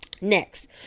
Next